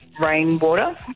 rainwater